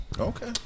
Okay